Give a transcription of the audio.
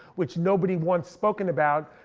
which nobody wants spoken about,